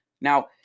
Now